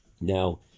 Now